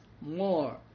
more